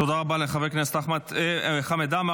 תודה רבה לחבר הכנסת חמד עמאר.